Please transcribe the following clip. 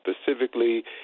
specifically